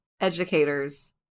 educators